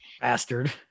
bastard